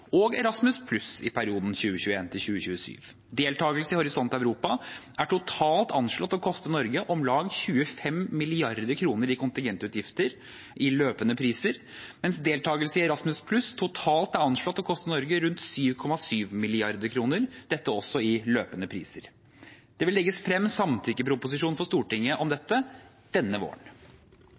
og Erasmus+ i perioden 2021–2027. Deltakelse i Horisont Europa er totalt anslått å koste Norge om lag 25 mrd. kr i kontingentutgifter i løpende priser, mens deltakelse i Erasmus+ totalt er anslått å koste Norge rundt 7,7 mrd. kr, dette også i løpende priser. Det vil legges frem samtykkeproposisjon for Stortinget om dette denne våren.